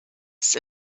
ist